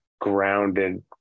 grounded